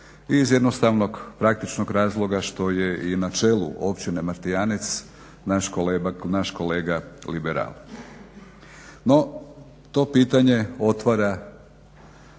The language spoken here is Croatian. i iz jednostavnog praktičnog razloga što je i na čelu općine Martijanec naš kolega liberal. No, to pitanje otvara